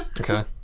Okay